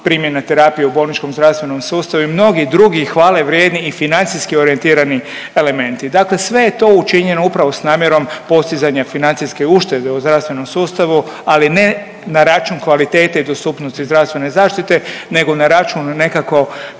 primjena terapija u bolničkom zdravstvenom sustavu i mnogi drugi hvale vrijedni i financijski orijentirani elementi, dakle sve je to učinjeno upravo s namjernom postizanja financijske uštede u zdravstvenom sustavu, ali ne na račun kvalitete i dostupnosti zdravstvene zaštite nego na račun nekako